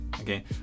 okay